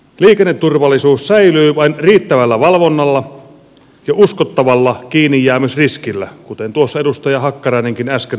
liikenneturvallisuus säilyy vain riittävällä valvonnalla ja uskottavalla kiinnijäämisriskillä kuten tuossa edustaja hakkarainenkin äsken todisti